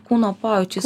kūno pojūčiais